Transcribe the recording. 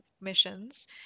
missions